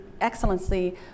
Excellency